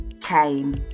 came